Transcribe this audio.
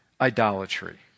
idolatry